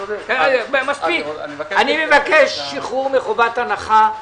אני מבקש שחרור מחובת הנחה.